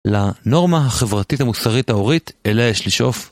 לנורמה החברתית המוסרית ההורית, אליה יש לשאוף.